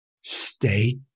stay